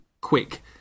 quick